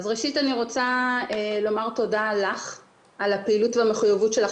ראשית אני רוצה לומר לך תודה על הפעילות והמחויבות שלך